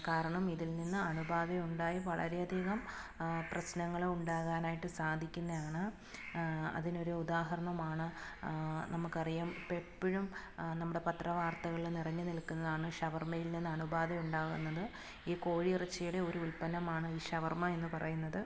കാരണം ഇതിൽനിന്ന് അണുബാധയുണ്ടായി വളരെയധികം പ്രശ്നങ്ങൾ ഉണ്ടാകാനായിട്ട് സാധിക്കുന്നതാണ് അതിനൊരുദാഹരണമാണ് നമുക്കറിയാം ഇപ്പം എപ്പോഴും നമ്മുടെ പത്രവാർത്തകളിൽ നിറഞ്ഞുനിൽക്കുന്നതാണ് ഷവർമയിൽ നിന്ന് അണുബാധയുണ്ടാവുന്നത് ഈ കോഴിയിറച്ചിയുടെ ഒരു ഉൽപ്പന്നമാണ് ഈ ഷവർമ എന്ന് പറയുന്നത്